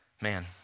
Man